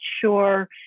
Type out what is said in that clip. sure